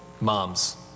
Moms